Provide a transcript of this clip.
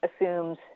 assumes